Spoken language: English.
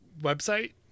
website